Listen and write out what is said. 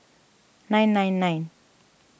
nine nine nine